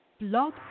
Blog